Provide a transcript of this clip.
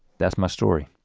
that's my story.